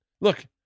look